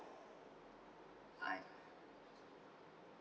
I